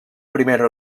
primera